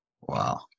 Wow